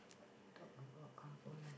talk about kampung life